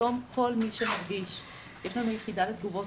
היום כל מי שמגיש בקשה יש לנו יחידה לתגובות